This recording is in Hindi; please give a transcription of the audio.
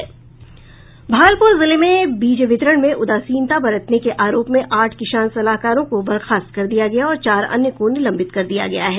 भागलपुर जिले में बीज वितरण में उदासीनता बरतने के आरोप में आठ किसान सलाहकारों को बर्खास्त कर दिया गया और चार अन्य को निलंबित कर दिया गया है